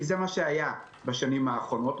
כי זה מה שהיה בשנים האחרונות,